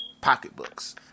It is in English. pocketbooks